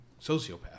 sociopath